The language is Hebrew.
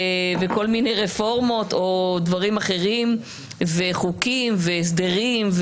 וכל מיני רפורמות או דברים אחרים וחוקים והסדרים,